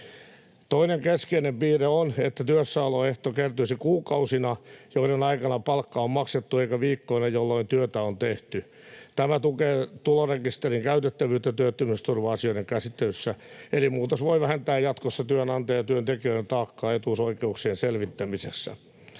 Toinen keskeinen piirre on, että työssäoloehtoa kertyisi kuukausina, joiden aikana palkka on maksettu, eikä viikkoina, jolloin työtä on tehty. Tämä tukee tulorekisterin käytettävyyttä työttömyysturva-asioiden käsittelyssä, eli muutos voi vähentää jatkossa työnantajien ja työntekijöiden taakkaa etuusoikeuksien selvittämisessä.